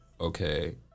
okay